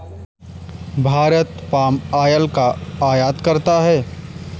Bharat palm oil का आयात करता है